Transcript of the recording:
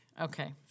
Okay